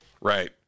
Right